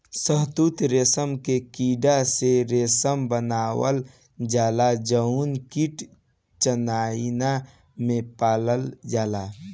शहतूत रेशम के कीड़ा से रेशम बनावल जाला जउन कीट चाइना में पालल जाला